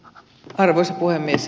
arvoisa puhemies